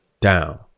down